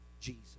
Jesus